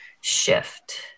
shift